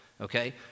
okay